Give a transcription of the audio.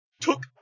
took